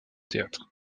théâtre